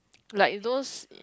like those